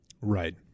Right